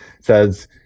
says